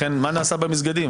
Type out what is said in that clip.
לכן מה נעשה במסגדים?